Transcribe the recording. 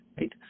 right